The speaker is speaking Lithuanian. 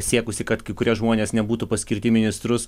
siekusi kad kai kurie žmonės nebūtų paskirti į ministrus